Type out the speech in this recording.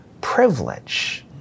privilege